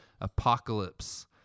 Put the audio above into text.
Apocalypse